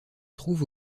trouve